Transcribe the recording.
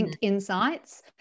insights